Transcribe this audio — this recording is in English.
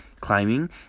climbing